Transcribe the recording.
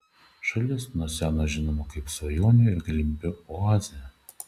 šalis nuo seno žinoma kaip svajonių ir galimybių oazė